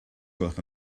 gwelwch